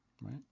Right